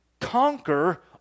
conquer